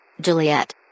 Juliet